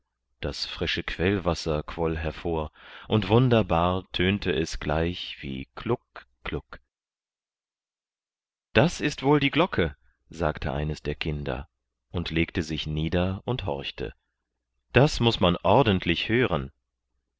das frische quellwasser quoll hervor und wunderbar tönte es gleich wie kluck kluck das ist wohl die glocke sagte eines der kinder und legte sich nieder und horchte das muß man ordentlich hören